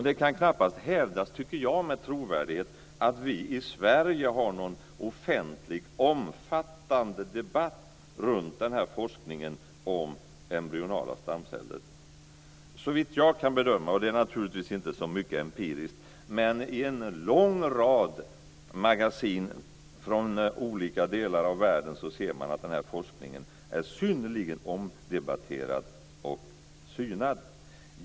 Det kan knappast hävdas med trovärdighet, tycker jag, att vi i Sverige har någon offentlig omfattande debatt runt denna forskning om embryonala stamceller. Såvitt jag kan bedöma - det är naturligtvis inte så mycket empiriskt - ser man i en lång rad magasin från olika delar av världen att denna forskning är synnerligen omdebatterad och synad.